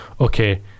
okay